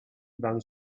than